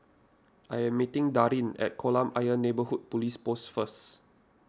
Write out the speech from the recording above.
I am meeting Darrin at Kolam Ayer Neighbourhood Police Post first